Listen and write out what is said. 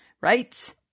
Right